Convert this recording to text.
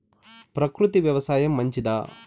ప్రకృతి వ్యవసాయం మంచిదా?